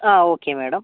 ആ okay madam